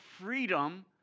freedom